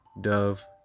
Dove